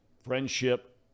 friendship